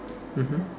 mmhmm